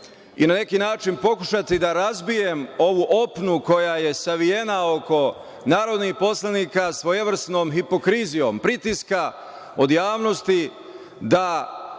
i na neki način pokušati da razbijem ovu opnu koja je savijena oko narodnih poslanika svojevrsnom hipokrizijom pritiska od javnosti da